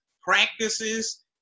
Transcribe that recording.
practices